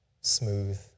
smooth